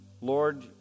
Lord